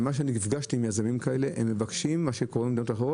אני נפגשתי עם יזמים כאלה, הם מבקשים אשראי.